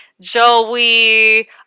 joey